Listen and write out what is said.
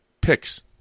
picks